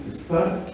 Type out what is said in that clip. start